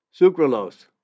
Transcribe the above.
sucralose